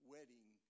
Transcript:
Wedding